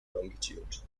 longitude